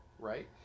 Right